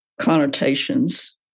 connotations